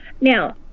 Now